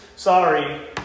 Sorry